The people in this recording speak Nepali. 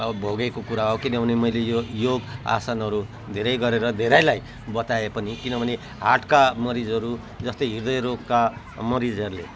भोगेको कुरा हो किनभने मैले यो योग आसनहरू धेरै गरेर धेरैलाई बताएँ पनि किनभने हार्टका मरिजहरू जस्तै ह्रदय रोगका मरिजहरूले